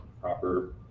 proper